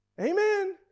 Amen